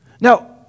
Now